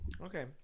Okay